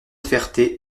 ferté